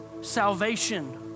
salvation